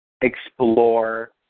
explore